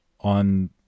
on